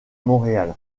montréal